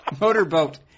Motorboat